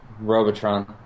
Robotron